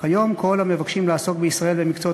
וכיום כל המבקשים לעסוק בישראל במקצועות